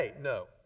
No